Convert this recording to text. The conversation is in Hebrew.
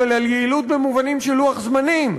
אבל על יעילות במובנים של לוח-זמנים,